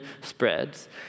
spreads